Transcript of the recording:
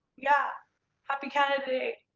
yeah happy canada day!